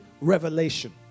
revelation